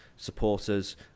supporters